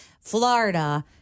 Florida